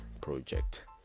project